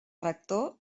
rector